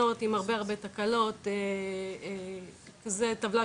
היחידה הראשונה תושבת או תהיה ברזרבה